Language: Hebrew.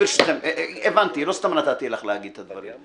ברשותכם, הבנתי, לא סתם נתתי לך להגיד את הדברים.